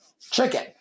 chicken